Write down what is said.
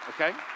okay